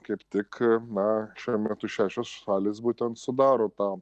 kaip tik na šiuo metu šešios šalys būtent sudaro tą